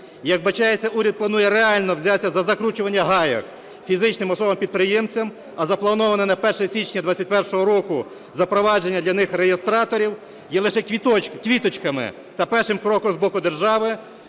Як вбачається, уряд планує реально взятися за закручування гайок фізичним особам-підприємцям, а заплановане на 1 січня 21-го року запровадження для них реєстраторів є лише квіточками та першим кроком з боку держави,